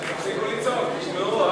תפסיקו לצעוק, תשמעו.